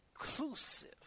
inclusive